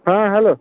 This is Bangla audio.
হ্যাঁ হ্যালো